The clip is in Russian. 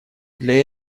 для